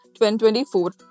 2024